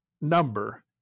number